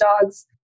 dogs